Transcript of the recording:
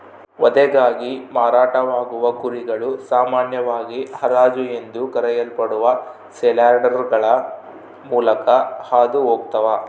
ವಧೆಗಾಗಿ ಮಾರಾಟವಾಗುವ ಕುರಿಗಳು ಸಾಮಾನ್ಯವಾಗಿ ಹರಾಜು ಎಂದು ಕರೆಯಲ್ಪಡುವ ಸೇಲ್ಯಾರ್ಡ್ಗಳ ಮೂಲಕ ಹಾದು ಹೋಗ್ತವ